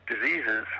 diseases